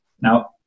Now